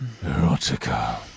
erotica